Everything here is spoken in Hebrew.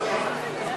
הקולוניאליזם,